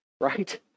right